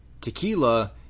tequila